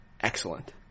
excellent